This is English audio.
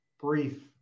brief